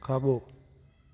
खाॿो